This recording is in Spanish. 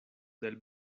del